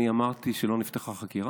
אני אמרתי שלא נפתחה חקירה?